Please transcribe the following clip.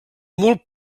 molt